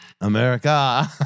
America